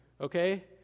okay